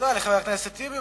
תודה לחבר הכנסת טיבי.